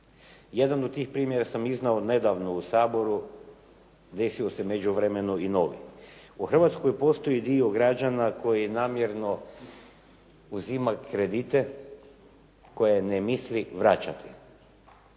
Jedan od tih primjera sam nedavno iznio u Saboru, desio se u međuvremenu i novi. U Hrvatskoj postoji dio građana koji namjerno uzima kredite koje ne misli vraćati,